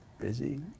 busy